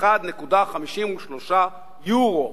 1.53 יורו,